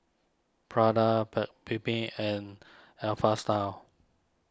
Prada Paik's Bibim and Alpha Style